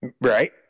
Right